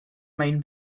main